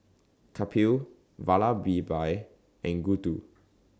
Kapil Vallabhbhai and Gouthu